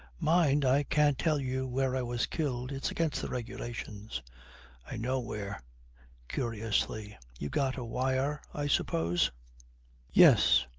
mind, i can't tell you where i was killed it's against the regulations i know where curiously, you got a wire, i suppose yes.